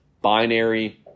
binary